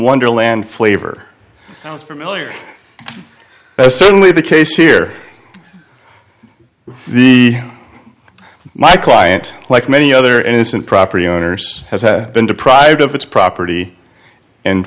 wonderland flavor sounds familiar that's certainly the case here with the my client like many other innocent property owners has been deprived of its property and